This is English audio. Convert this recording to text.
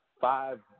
five